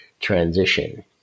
transition